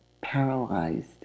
paralyzed